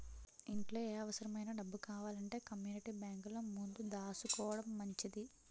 ఇంట్లో ఏ అవుసరమైన డబ్బు కావాలంటే కమ్మూనిటీ బేంకులో ముందు దాసుకోడం మంచిది